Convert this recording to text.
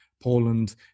Poland